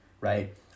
right